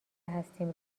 هستیم